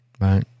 right